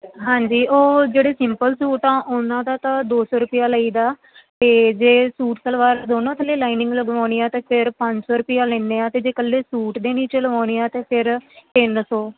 ਹਾਂਜੀ ਉਹ ਜਿਹੜੇ ਸਿੰਪਲ ਸੂਟ ਆ ਉਹਨਾਂ ਦਾ ਤਾਂ ਦੋ ਸੌੌ ਰੁਪਇਆ ਲਈਦਾ ਅਤੇ ਜੇ ਸੂਟ ਸਲਵਾਰ ਦੋਨਾਂ ਥੱਲੇ ਲਾਈਨਿੰਗ ਲਗਵਾਉਣੀ ਆ ਤਾਂ ਫਿਰ ਪੰਜ ਸੌ ਰੁਪਇਆ ਲੈਂਦੇ ਹਾਂ ਅਤੇ ਜੇ ਇਕੱਲੇ ਸੂਟ ਦੇ ਨੀਚੇ ਲਗਵਾਉਣੀ ਆ ਅਤੇ ਫਿਰ ਤਿੰਨ ਸੌ